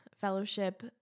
fellowship